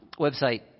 website